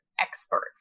experts